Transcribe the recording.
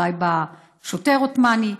אולי שוטר עות'מאני.